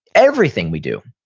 everything we do,